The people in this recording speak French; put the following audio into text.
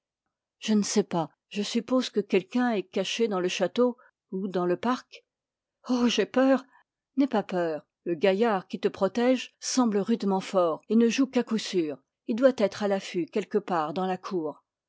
je ne sais pas je suppose que quelqu'un est caché dans le château ou dans le parc oh j'ai peur n'aie pas peur le gaillard qui te protège semble rudement fort et ne joue qu'à coup sûr il doit être à l'affût quelque part dans la cour